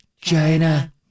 China